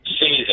season